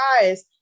eyes